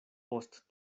post